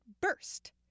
burst